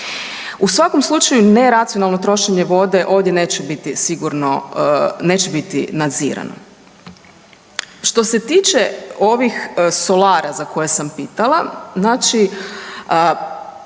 U svakom slučaju neracionalno trošenje vode ovdje neće biti sigurno, neće biti nadzirano. Što se tiče ovih solara za koje sam pitala, znači